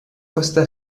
costa